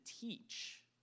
teach